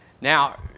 Now